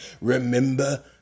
Remember